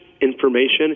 information